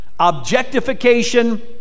objectification